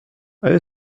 آیا